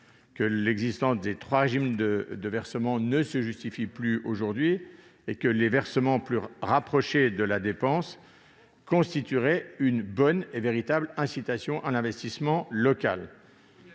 L'existence des trois régimes de versement ne se justifie plus aujourd'hui, me semble-t-il. En revanche, les versements plus rapprochés de la dépense constitueraient une bonne et véritable incitation à l'investissement local.